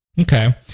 Okay